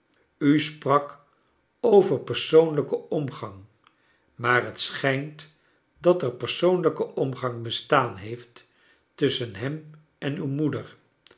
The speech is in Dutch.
u sprak over persoonlijken omgang maar het schijnt dat er persoonlijke omgang bestaan heeft tusschen hem en uw moeder